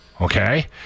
Okay